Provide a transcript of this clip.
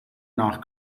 nach